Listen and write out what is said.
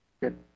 Good